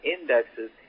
indexes